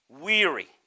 Weary